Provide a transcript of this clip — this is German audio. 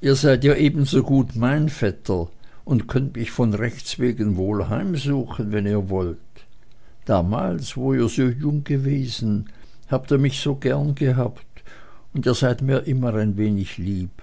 ihr seid ja ebensogut mein vetter und könnt mich von rechts wegen wohl heimsuchen wenn ihr wollt damals wo ihr so jung gewesen habt ihr mich so gern gehabt und ihr seid mir immer ein wenig lieb